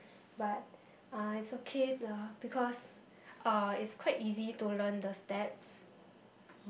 but uh it's okay uh because uh it's quite easy to learn the steps